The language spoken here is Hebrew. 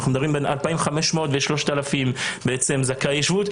מדברים על סדר גודל של 2,500-3,000 זכאי שבות.